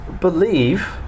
believe